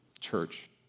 church